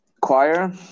choir